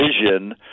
vision